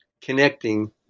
connecting